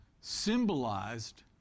symbolized